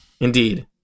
Indeed